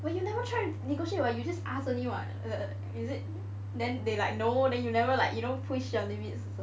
but you never try to negotiate [what] you just ask only [what] is it then they like no then you never like you know push your limits also